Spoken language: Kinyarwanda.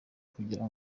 kugira